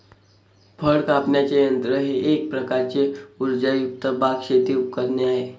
फळ कापण्याचे यंत्र हे एक प्रकारचे उर्जायुक्त बाग, शेती उपकरणे आहे